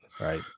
Right